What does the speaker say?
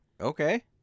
Okay